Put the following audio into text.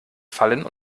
fallen